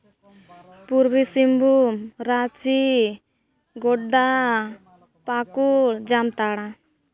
Purbi Singhbhum Ranchi Godda Pakur Jamtara